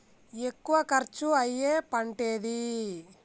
ఎక్కువ ఖర్చు అయ్యే పంటేది?